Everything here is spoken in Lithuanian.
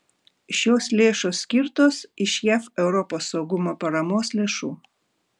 šios lėšos skirtos iš jav europos saugumo paramos lėšų